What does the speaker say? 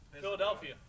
Philadelphia